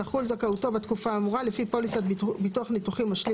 תחול זכאותו בתקופה האמורה לפי פוליסת ביטוח ניתוחים "משלים